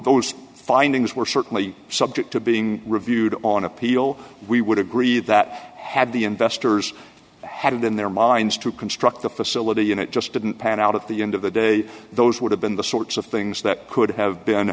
those findings were certainly subject to being reviewed on appeal we would agree that had the investors had it in their minds to construct the facility and it just didn't pan out at the end of the day those would have been the sorts of things that could have been